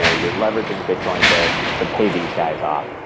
ah you're leveraging bitcoin to to pay these guys off.